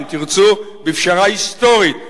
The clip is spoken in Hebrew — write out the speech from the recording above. אם תרצו בפשרה היסטורית,